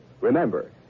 Remember